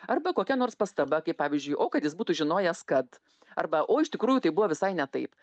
arba kokia nors pastaba kaip pavyzdžiui o kad jis būtų žinojęs kad arba o iš tikrųjų tai buvo visai ne taip